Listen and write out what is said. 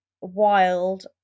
wild